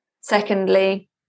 secondly